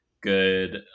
good